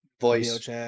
voice